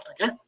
okay